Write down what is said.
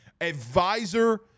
advisor –